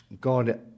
God